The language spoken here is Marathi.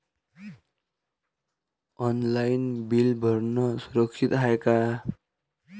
ऑनलाईन बिल भरनं सुरक्षित हाय का?